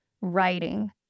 writing